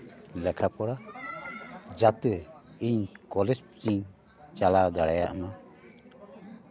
ᱞᱮᱠᱷᱟᱯᱚᱲᱟ ᱡᱟᱛᱮ ᱤᱧ ᱠᱚᱞᱮᱡᱽ ᱨᱤᱧ ᱪᱟᱞᱟᱣ ᱫᱟᱲᱮᱭᱟᱜ ᱢᱟ